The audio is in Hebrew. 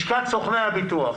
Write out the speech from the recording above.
לשכת סוכני הביטוח.